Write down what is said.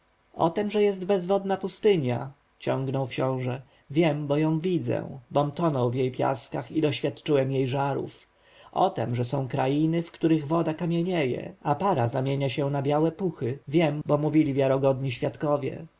tem że jest bezwodna pustynia ciągnął książę wiem bo ją widzę bom tonął w jej piaskach i doświadczyłem jej żarów o tem że są krainy w których woda kamienieje a para zamienia się na białe puchy także wiem bo mówili wiarogodni świadkowie